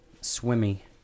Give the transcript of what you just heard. Swimmy